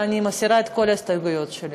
ואני מסירה את כל ההסתייגויות שלי.